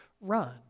run